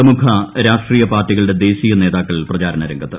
പ്രമുഖ രാഷ്ട്രീയ പാർട്ടികളുടെ ദേശീയ നേതാക്കൾ പ്രചാരണരംഗത്ത്